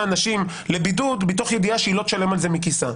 אנשים לבידוד מתוך ידיעה שהיא לא תשלם על זה מכיסה.